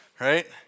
right